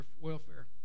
welfare